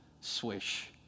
swish